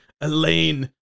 Elaine